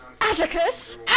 Atticus